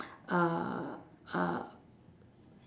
uh uh